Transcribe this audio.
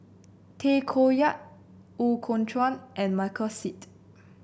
Tay Koh Yat Ooi Kok Chuen and Michael Seet